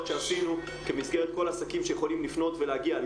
שעשינו כמסגרת כל עסקים שיכולים לפנות ולהגיע.